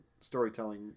storytelling